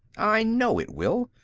i know it will,